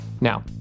Now